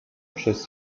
przez